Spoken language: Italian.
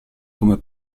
come